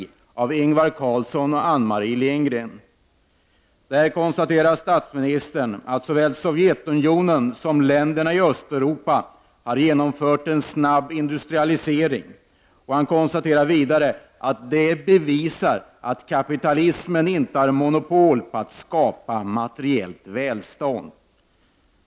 författad av Ingvar Carlsson och Anne-Marie Lindgren: Såväl Sovjetunionen som länderna i Östeuropa har genomfört en snabb industrialisering. Han konstaterar vidare att de bevisar att kapitalismen inte har monopol på att skapa materiellt välstånd.